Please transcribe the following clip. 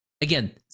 again